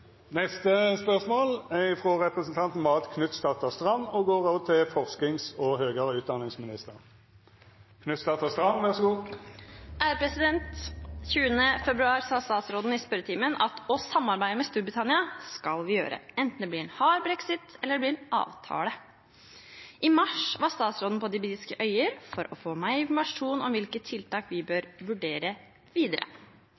februar sa statsråden i spørretimen følgende: «Så å samarbeide med Storbritannia skal vi gjøre – enten det blir en hard brexit eller det blir en avtale.» I mars var statsråden på de britiske øyer for å få mer informasjon om hvilke tiltak vi